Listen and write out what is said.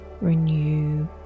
renew